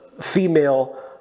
female